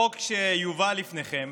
ברשותכם, החוק שיובא לפניכם